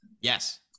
Yes